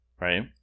Right